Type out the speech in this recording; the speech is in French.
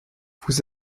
vous